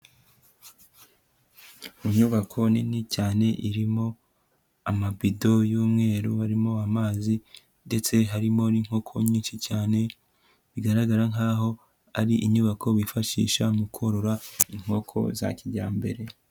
Inyubako nini cyane irimo amabido y'umweru harimo amazi, ndetse harimo n'inkoko nyinshi cyane, bigaragara nk'aho ari inyubako bifashisha mu korora inkoko za kijyambere.